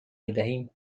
میدهیم